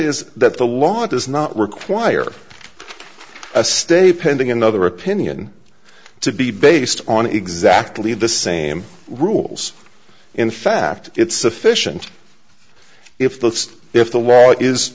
is that the law does not require a stay pending another opinion to be based on exactly the same rules in fact it's sufficient if that's if the law is